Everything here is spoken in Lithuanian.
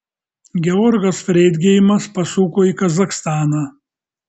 georgas freidgeimas pasuko į kazachstaną